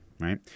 right